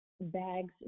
bags